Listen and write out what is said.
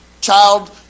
child